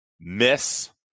miss